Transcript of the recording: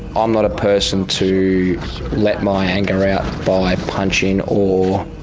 i'm not a person to let my anger out by punching or